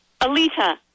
Alita